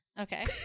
Okay